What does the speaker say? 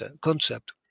concept